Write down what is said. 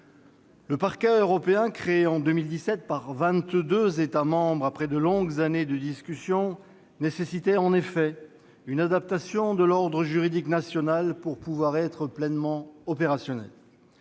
Le Parquet européen, créé en 2017 par 22 États membres après de longues années de discussion, nécessitait en effet une adaptation de l'ordre juridique national pour pouvoir être pleinement opérationnel.